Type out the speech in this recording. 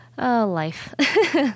life